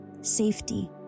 safety